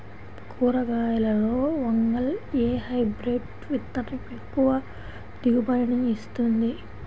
కూరగాయలలో వంగలో ఏ హైబ్రిడ్ విత్తనం ఎక్కువ దిగుబడిని ఇస్తుంది?